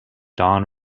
don